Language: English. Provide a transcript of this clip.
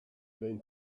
been